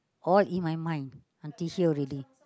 all in my mind I teach you really